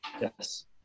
yes